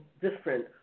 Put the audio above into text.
different